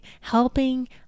helping